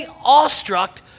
awestruck